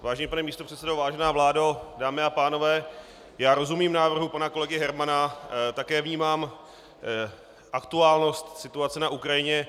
Vážený pane místopředsedo, vážená vládo, dámy a pánové, rozumím návrhu pana kolegy Hermana, také vnímám aktuálnost situace na Ukrajině.